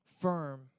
firm